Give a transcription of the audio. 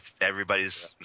Everybody's